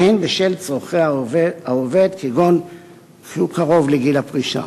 והן בשל צורכי העובד, כגון שהוא קרוב לגיל הפרישה.